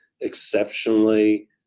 exceptionally